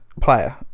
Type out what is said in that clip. player